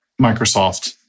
Microsoft